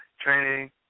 training